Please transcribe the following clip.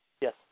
Yes